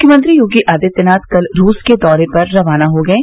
मुख्यमंत्री योगी आदित्यनाथ कल रूस के दौरे पर रवाना हो गये